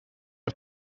auf